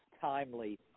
timely